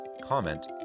comment